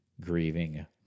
grieving